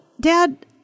dad